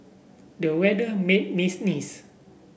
the weather made me sneeze